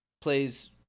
plays